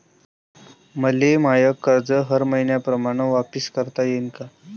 मले माय कर्ज हर मईन्याप्रमाणं वापिस करता येईन का?